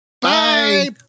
Bye